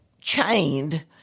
chained